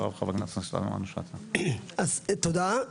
אז תודה,